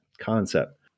concept